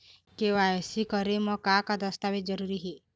KYC करे म का का दस्तावेज जरूरी हे?